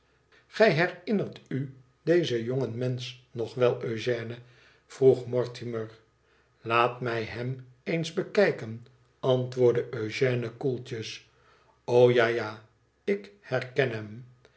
igij herinnert u dezen jongen mensch nog wel eugène vroeg mortimer laat mij hem eens bekijken antwoordde eugène koeltjes o ja ja ik herken hem